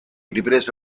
riprese